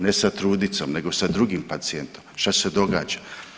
Ne sa trudnicom, nego sa drugim pacijentom, šta se događa?